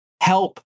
help